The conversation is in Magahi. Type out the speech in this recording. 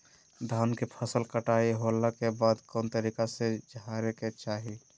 धान के फसल कटाई होला के बाद कौन तरीका से झारे के चाहि?